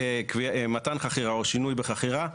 מתן חכירה או שינוי בחכירה,